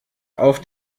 auf